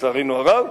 לצערנו הרב.